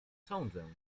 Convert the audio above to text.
sądzę